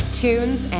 tunes